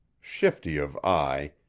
shifty of eye,